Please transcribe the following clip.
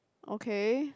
okay